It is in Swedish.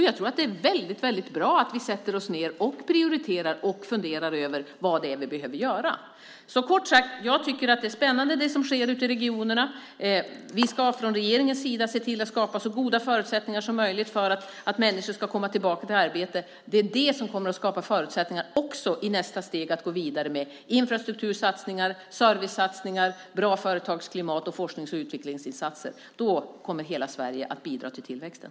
Jag tror att det är väldigt bra att vi sätter oss ned och prioriterar och funderar över vad det är vi behöver göra. Kort sagt: Jag tycker att det är spännande, det som sker ute i regionerna. Vi ska från regeringens sida se till att skapa så goda förutsättningar som möjligt för att människor ska komma tillbaka till arbete. Det är det som också kommer att skapa förutsättningar för att i nästa steg gå vidare med infrastruktursatsningar, servicesatsningar, satsningar på bra företagsklimat och forsknings och utvecklingsinsatser. Då kommer hela Sverige att bidra till tillväxten.